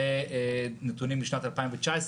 אלו נתונים משנת 2019,